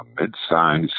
mid-size